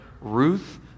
Ruth